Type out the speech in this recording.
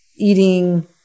eating